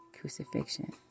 crucifixion